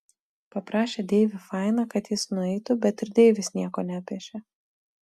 paprašė deivį fainą kad jis nueitų bet ir deivis nieko nepešė